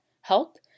help